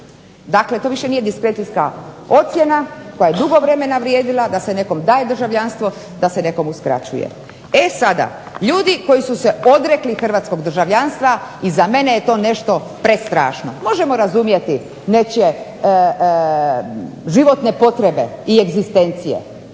Dakle, to više nije diskrecijska ocjena koja je dugo vremena vrijedila da se nekom daje državljanstvo, da se nekom uskraćuje. E sada, ljudi koji su se odrekli hrvatskog državljanstva i za mene je to nešto prestrašno. Možemo razumjeti nečije životne potrebe i egzistencije,